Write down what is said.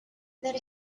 that